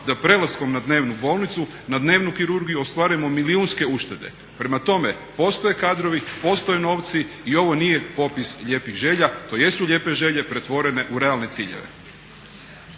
da prelaskom na dnevnu bolnicu na dnevni kirurgiju ostvarujemo milijunske uštede. Prema tome postoje kadrovi, postoje novci i ovo nije popis lijepih želja, to jesu lijepe želje pretvorene u realne ciljeve.